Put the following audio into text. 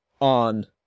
on